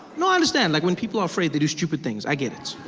know i understand, like when people are afraid they do stupid things, i get it.